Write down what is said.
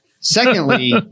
Secondly